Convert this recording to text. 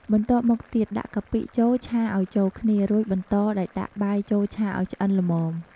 បន្ទាប់មកទៀត ដាក់កាពិចូលឆាឱ្យចូលគ្នា រួចបន្តដោយដាក់បាយចូលឆាឱ្យឆ្អិនល្មម។